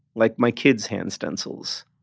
like my kids' hand stencils.